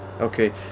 okay